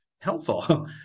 helpful